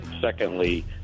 Secondly